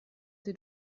sie